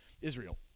Israel